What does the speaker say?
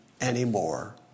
anymore